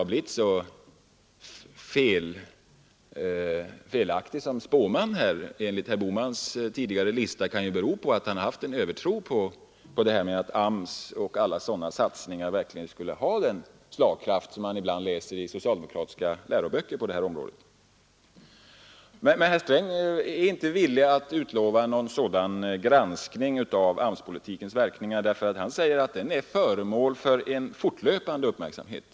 En anledning till att herr Sträng enligt herr Bohmans tidigare lista spått så pass fel kan ju vara att han haft en övertro på slagkraften hos satsningar på AMS och annat, något som man läser om i socialdemokratiska läroböcker på detta område. Men herr Sträng är inte villig att utlova någon sådan granskning av AMS-politikens verkningar. Han säger att den är föremål för en fortlöpande uppmärksamhet.